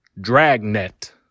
Dragnet